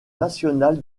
national